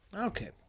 Okay